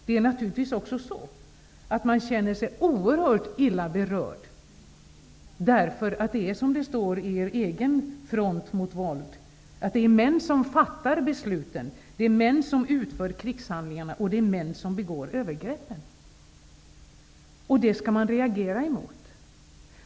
Det är naturligtvis bl.a. så att man känner sig oerhört illa berörd därför att det är -- som ni anför i er egen front mot våld -- män som fattar besluten, män som utför krigshandlingarna och män som begår övergreppen. Det skall man också reagera mot.